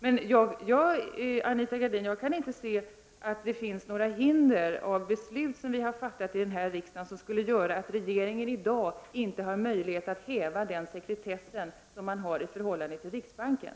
Jag kan inte, Anita Gradin, se att det när det gäller beslut som har fattats av Sveriges riksdag finns några hinder, som skulle göra att regeringen i dag inte har möjlighet att häva den sekretess som finns i förhållande till riksbanken.